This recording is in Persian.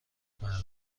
منظور